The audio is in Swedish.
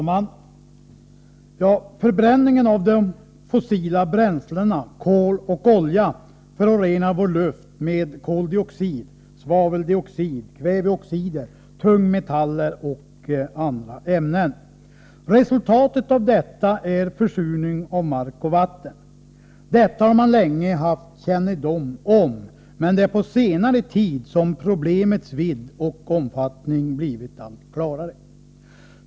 Herr talman! Förbränningen av de fossila bränslena kol och olja förorenar vår luft med koldioxid, svaveldioxid, kväveoxider, tungmetaller och andra ämnen. Resultatet av detta är försurning av mark och vatten. Det har man länge haft kännedom om, men det är först på senare tid som problemets vidd och omfattning stått klart.